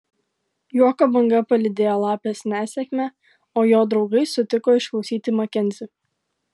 juoko banga palydėjo lapės nesėkmę o jo draugai sutiko išklausyti makenzį